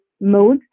mode